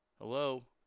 Hello